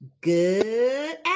Good